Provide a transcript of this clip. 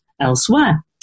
elsewhere